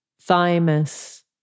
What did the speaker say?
thymus